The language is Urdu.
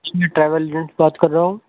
جی میں ٹراویل ایجنٹ بات کر رہا ہوں